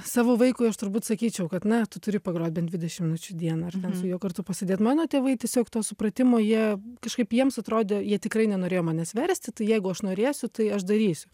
savo vaikui aš turbūt sakyčiau kad na tu turi pagrot bent dvidešim minučių į dieną ar su juo kartu pasėdėt mano tėvai tiesiog to supratimo jie kažkaip jiems atrodė jie tikrai nenorėjo manęs versti tai jeigu aš norėsiu tai aš darysiu